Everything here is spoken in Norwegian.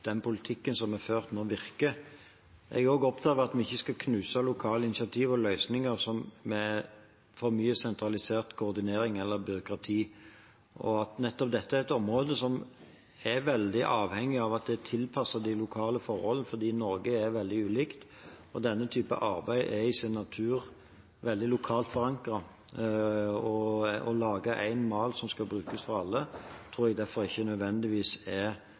den politikken som er ført, nå virker. Jeg er også opptatt av at vi ikke skal knuse lokale initiativ og løsninger med for mye sentralisert koordinering eller byråkrati, og at nettopp dette er et område som er veldig avhengig av at det er tilpasset de lokale forhold, fordi Norge er veldig ulikt, og denne typen arbeid er i sin natur veldig lokalt forankret. Å lage én mal som skal brukes for alle, tror jeg derfor ikke nødvendigvis er